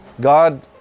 God